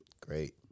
great